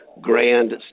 grand